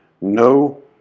no